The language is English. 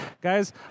Guys